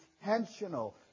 intentional